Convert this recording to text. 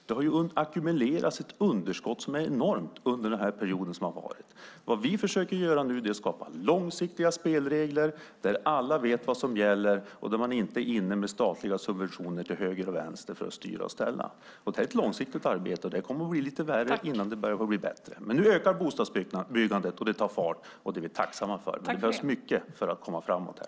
Det har ju ackumulerats ett enormt underskott under den period som har varit. Vad vi försöker göra nu är att skapa långsiktiga spelregler, där alla vet vad som gäller och där man inte är inne med statliga subventioner till höger och vänster för att styra och ställa. Det är ett långsiktigt arbete. Det kommer att bli lite värre innan det börjar bli bättre. Men nu ökar bostadsbyggandet. Det tar fart, och det är vi tacksamma för. Men det behövs mycket för att komma framåt här.